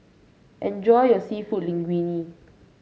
enjoy your seafood Linguine